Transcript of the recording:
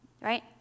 right